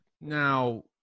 now